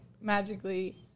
magically